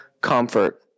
comfort